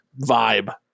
vibe